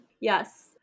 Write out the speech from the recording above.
Yes